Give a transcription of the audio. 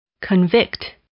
Convict